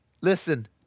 Listen